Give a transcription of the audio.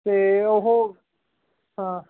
ਅਤੇ ਉਹ ਹਾਂ